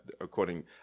according